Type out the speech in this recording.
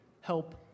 Help